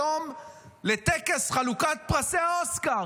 היום לטקס חלוקת פרסי האוסקר.